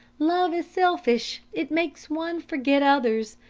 love is selfish! it makes one forget others.